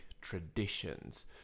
traditions